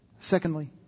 Secondly